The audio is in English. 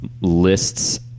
lists